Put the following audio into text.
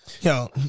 yo